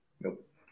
Nope